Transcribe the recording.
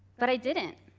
but i didn't,